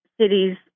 cities